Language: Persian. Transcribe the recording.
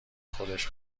خودش